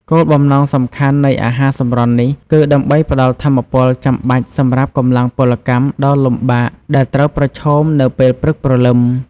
គោលបំណងសំខាន់នៃអាហារសម្រន់នេះ គឺដើម្បីផ្ដល់ថាមពលចាំបាច់សម្រាប់កម្លាំងពលកម្មដ៏លំបាកដែលត្រូវប្រឈមនៅពេលព្រឹកព្រលឹម។